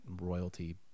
royalty